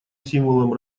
символом